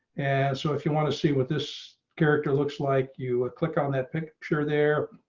and so if you want to see what this character looks like you click on that picture there.